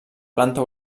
planta